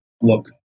look